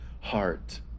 heart